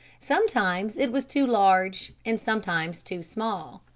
sometimes it was too large and sometimes too small.